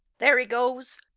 there he goes!